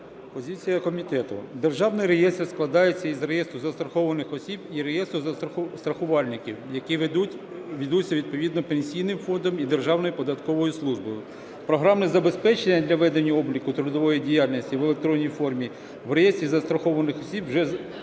Позиція комітету. Державний реєстр складається із реєстру застрахованих осіб і реєстру страхувальників, які ведуться відповідно Пенсійним фондом і Державною податковою службою. Програмне забезпечення для ведення обліку трудової діяльності в електронній формі в реєстрі застрахованих осіб вже створене